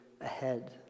ahead